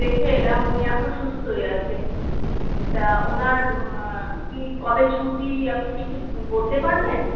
দেখে এলাম উনি এখন সুস্থই আছেন তা ওনার কী কবে ছুটি আপনি কি একটু বলতে পারবেন